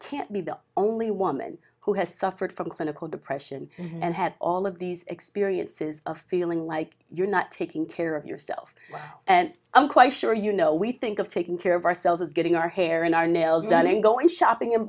can't be the only woman who has suffered from clinical depression and had all of these experiences of feeling like you're not taking care of yourself and i'm quite sure you know we think of taking care of ourselves as getting our hair and our nails done and go and shopping and